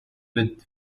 with